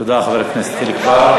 תודה, חבר הכנסת חיליק בר.